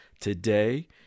Today